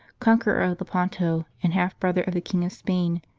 conqueror of lepanto, and half-brother of the king of spain,